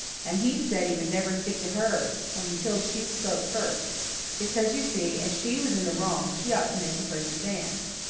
and he said he would never speak to her until she spoke first because, you see, as she was in the wrong she ought to make the first advance.